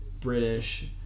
british